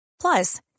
Plus